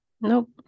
Nope